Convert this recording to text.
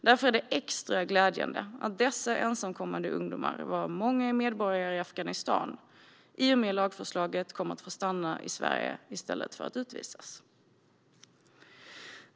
Därför är det extra glädjande att dessa ensamkommande ungdomar, varav många är medborgare i Afghanistan, i och med lagförslaget kommer att få stanna i Sverige i stället för att utvisas.